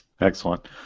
Excellent